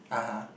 (uh huh)